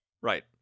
Right